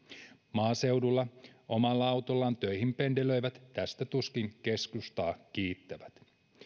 maaseudulla omalla autollaan töihin pendelöivät tästä tuskin keskustaa kiittävät